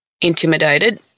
intimidated